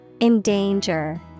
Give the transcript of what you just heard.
Endanger